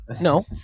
no